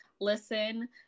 listen